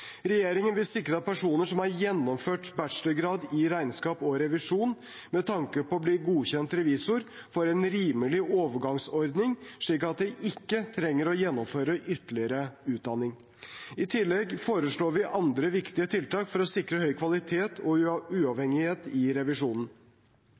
Regjeringen vil sikre at personer som har gjennomført bachelorgrad i regnskap og revisjon med tanke på å bli godkjent revisor, får en rimelig overgangsordning, slik at de ikke trenger å gjennomføre ytterligere utdanning. I tillegg foreslår vi andre viktige tiltak for å sikre høy kvalitet og